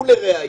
ולראייה,